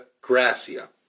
Gracia